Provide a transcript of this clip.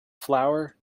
flour